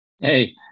Hey